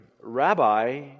Rabbi